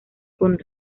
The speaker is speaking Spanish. con